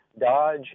Dodge